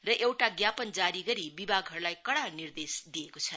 र एउटा ज्ञापन जारी गरी विभागहरूलाई कडा निर्देश दिएको च